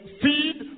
feed